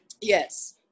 Yes